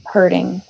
Hurting